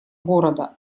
города